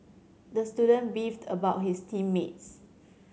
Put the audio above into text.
the student beefed about his team mates